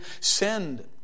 send